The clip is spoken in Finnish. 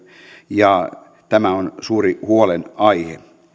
ja tämä on suuri huolenaihe